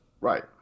Right